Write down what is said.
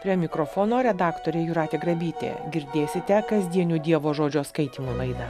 prie mikrofono redaktorė jūratė grabytė girdėsite kasdienių dievo žodžio skaitymų laidą